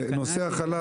נושא החלב,